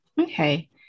okay